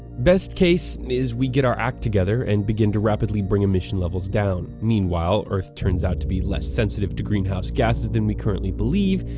best case is we get our act together and begin to rapidly bring emission levels down meanwhile, earth turns out to be less sensitive to greenhouse gases than we currently believe,